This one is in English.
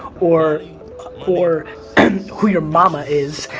or or and who your mama is,